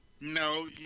No